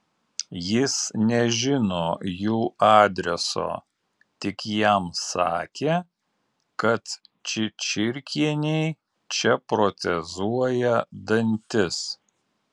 jis nežino jų adreso tik jam sakė kad čičirkienei čia protezuoja dantis